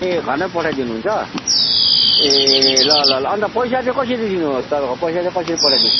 ए घरमै पठाइदिनुहुन्छ ए ल ल ल अन्त पैसा चाहिँ कसरी दिनु तपाईँको पैसा चाहिँ कसरी पठाइदिउँ